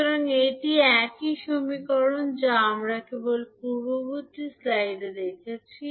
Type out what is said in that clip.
সুতরাং এটি একই সমীকরণ যা আমরা কেবল পূর্ববর্তী স্লাইডে দেখেছি